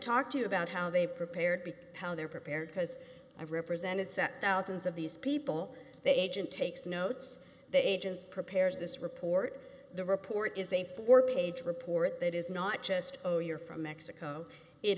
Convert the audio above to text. talk to you about how they've prepared how they're prepared because i've represented set thousands of these people they agent takes notes the agents prepares this report the report is a four page report that is not just oh you're from mexico it